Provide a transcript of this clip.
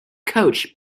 coach